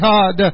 God